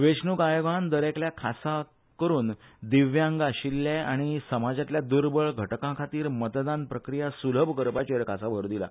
वेचणूक आयोगान दरेकल्या खासा करून दिव्यांग आशिष्ठे आनी समाजातल्या दुर्बळ घटकांखातीर मतदान प्रक्रिया सुलभ करपाचेर खासा भर दिला